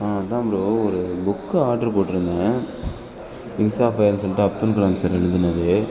ஆ அதுதான் ப்ரோ ஒரு book order போட்டிருந்தேன் விங்ஸ் ஆஃப் ஃபயர்னு சொல்லிட்டு அப்துலகலாம் சார் எழுதுனது